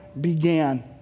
began